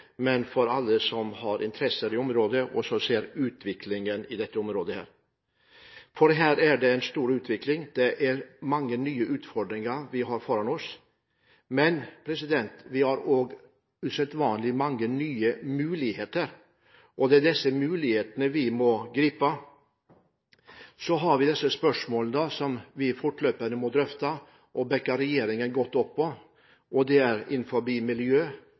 men for alle som har interesser i, og som ser utviklingen i området. Her er det en stor utvikling. Vi har mange nye utfordringer foran oss, men vi har også usedvanlig mange nye muligheter, og det er disse mulighetene vi må gripe. Vi har også spørsmål som vi fortløpende må drøfte og bakke regjeringen godt opp på, og det er innenfor miljø,